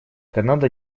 канада